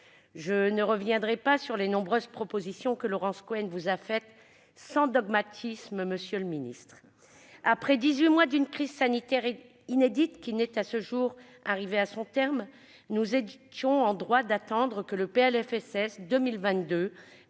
Je ne reviendrai pas sur les nombreuses propositions que Laurence Cohen vous a exposées- sans dogmatisme, monsieur le ministre ! Après dix-huit mois d'une crise sanitaire inédite, qui n'est pas encore arrivée à son terme, nous étions en droit d'attendre que le PLFSS pour